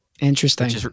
Interesting